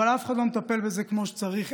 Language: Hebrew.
אבל אף אחד לא מטפל בזה כמו שצריך.